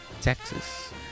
Texas